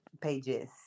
pages